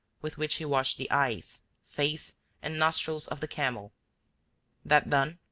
with which he washed the eyes, face, and nostrils of the camel that done,